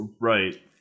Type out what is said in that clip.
right